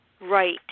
right